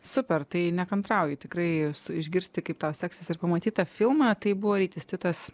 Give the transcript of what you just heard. super tai nekantrauju tikrai išgirsti kaip tau seksis ir pamatyt tą filmą tai buvo rytis titas